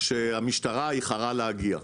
שהמשטרה איחרה להגיע.